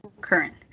current